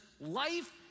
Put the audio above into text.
life